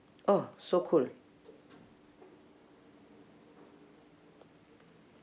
oh so cool